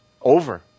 over